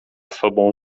sobą